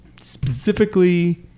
specifically